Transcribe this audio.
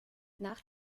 nach